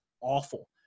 awful